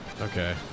Okay